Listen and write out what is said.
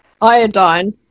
iodine